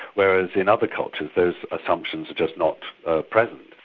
whereas in other cultures those assumptions are just not ah present.